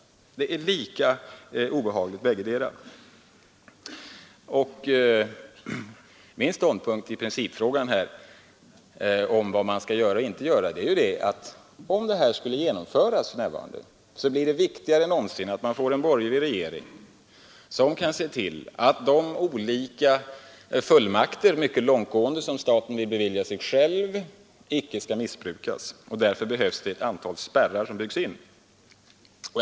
Det är lika obehagligt för honom bägge delarna. Min ståndpunkt i principfrågan om vad man skall göra och 141 inte göra är att om det nu föreliggande förslaget skulle genomföras, så blir det viktigare än någonsin att vi får en borgerlig regering som kan se till att de olika fullmakter, mycket långtgående, som staten vill bevilja sig själv icke missbrukas. Därför behövs det ett antal inbyggda spärrar.